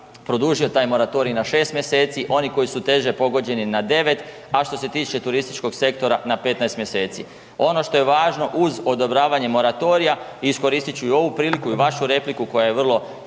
produžio taj moratorij na 6 mjeseci, oni koji su teže pogođeni na 9, a što se tiče turističkog sektora na 15 mjeseci. Ono što je važno uz odobravanje moratorija i iskoristit ću i ovu priliku i vašu repliku koja je vrlo